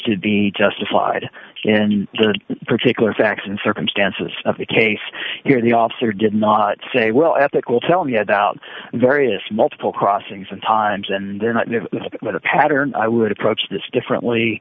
to be justified in particular facts and circumstances of the case here the officer did not say well ethical tell me about various multiple crossings and times and they're not new but a pattern i would approach this differently